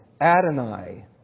Adonai